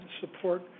support